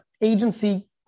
agency